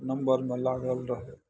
नम्बरमे लागल रहू